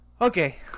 okay